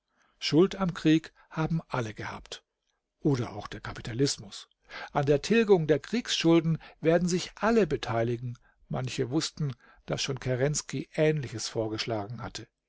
schuld am kriege haben alle gehabt oder auch der kapitalismus an der tilgung der kriegsschulden werden sich alle beteiligen manche wußten daß schon kerenski ähnliches vorgeschlagen hatte